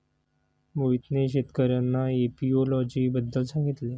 मोहितने शेतकर्यांना एपियोलॉजी बद्दल सांगितले